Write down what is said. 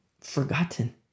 forgotten